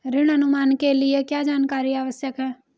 ऋण अनुमान के लिए क्या जानकारी आवश्यक है?